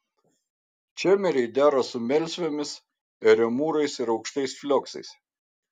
čemeriai dera su melsvėmis eremūrais ir aukštais flioksais